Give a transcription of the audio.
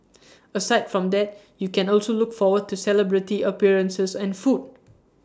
aside from that you can also look forward to celebrity appearances and food